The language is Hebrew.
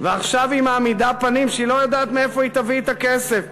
ועכשיו היא מעמידה פנים שהיא לא יודעת מאיפה היא תביא את הכסף.